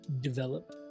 develop